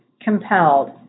compelled